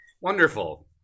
Wonderful